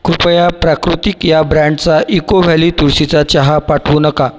कृपया प्राकृतिक या ब्रँडचा इको व्हॅली तुळशीचा चहा पाठवू नका